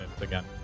again